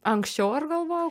anksčiau ar galvojau